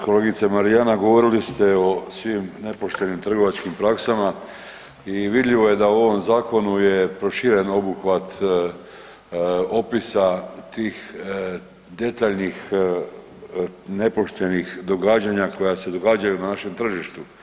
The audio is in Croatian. Kolegice Marijana, govorili ste o svim nepoštenim trgovačkim praksama i vidljivo je da u ovom zakonu je proširen obuhvat opisa tih detaljnih nepoštenih događanja koja se događaju na našem tržištu.